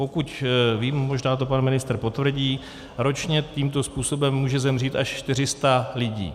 Pokud vím, možná to pan ministr potvrdí, ročně tímto způsobem může zemřít až 400 lidí.